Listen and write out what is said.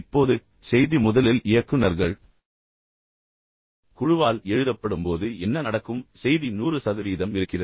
இப்போது செய்தி முதலில் இயக்குநர்கள் குழுவால் எழுதப்படும்போது என்ன நடக்கும் செய்தி 100 சதவீதம் இருக்கிறது